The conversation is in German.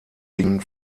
gingen